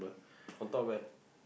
on top where